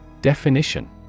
Definition